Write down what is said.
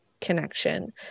connection